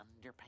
underpants